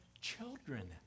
children